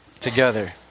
together